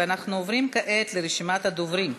אנחנו עוברים כעת לרשימת הדוברים.